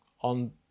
on